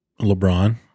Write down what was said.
LeBron